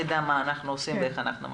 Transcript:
נדע מה אנחנו עושים ואיך אנחנו ממשיכים.